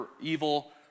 evil